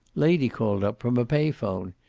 lady called up, from a pay phone.